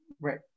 right